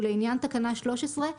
ולעניין תקנה 13,